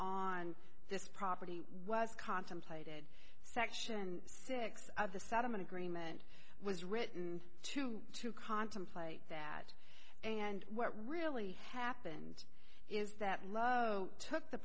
on this property was contemplate section six of the settlement agreement was written to to contemplate that and what really happened is that love took the